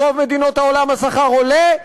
ברוב מדינות העולם השכר עולה,